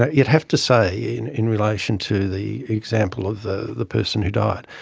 ah you'd have to say in in relation to the example of the the person who died,